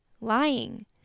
lying